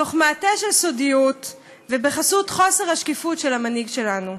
תוך מעטה של סודיות ובחסות חוסר השקיפות של המנהיג שלנו.